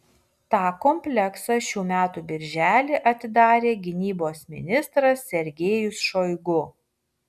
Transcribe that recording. tą kompleksą šių metų birželį atidarė gynybos ministras sergejus šoigu